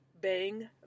bang